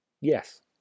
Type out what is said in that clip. Yes